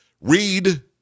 Read